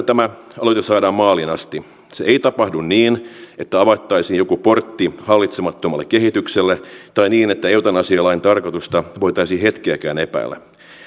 tämä aloite saadaan maaliin asti se ei tapahdu niin että avattaisiin joku portti hallitsemattomalle kehitykselle tai niin että eutanasialain tarkoitusta voitaisiin hetkeäkään epäillä